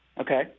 Okay